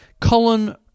Colin